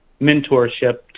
mentorship